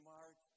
Mark